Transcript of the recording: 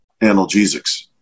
analgesics